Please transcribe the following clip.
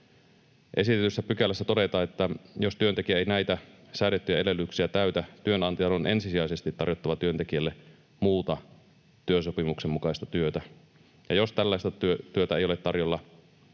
Esitetyssä pykälässä todetaan, että jos työntekijä ei näitä säädettyjä edellytyksiä täytä, työnantajan on ensisijaisesti tarjottava työntekijälle muuta työsopimuksen mukaista työtä, ja jos tällaista työtä ei ole tarjolla,